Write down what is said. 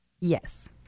Yes